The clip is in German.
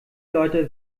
leute